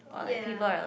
ya